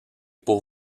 pour